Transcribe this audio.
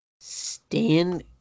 stand